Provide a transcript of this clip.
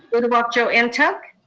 uduak-joe and ntuk.